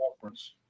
conference